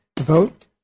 vote